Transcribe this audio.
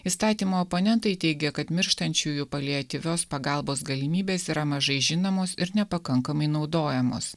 įstatymo oponentai teigia kad mirštančiųjų paliatyvios pagalbos galimybės yra mažai žinomos ir nepakankamai naudojamos